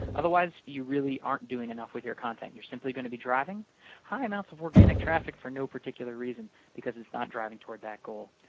otherwise, you really aren't doing enough with your content, and you're simply going to be driving high amounts of organic traffic for no particular reason because it's not driving toward that goal.